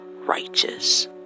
righteous